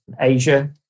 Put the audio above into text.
Asia